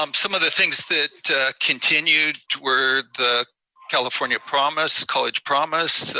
um some of the things that continued were the california promise, college promise,